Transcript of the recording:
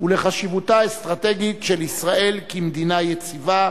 ולחשיבותה האסטרטגית של ישראל כמדינה יציבה,